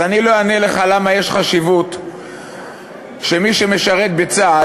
אז אני לא אענה לך למה יש חשיבות שמי שמשרת בצה"ל,